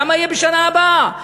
כמה יהיו בשנה הבאה,